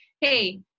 hey